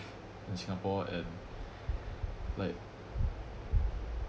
in singapore and like